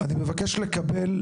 אני מבקש לקבל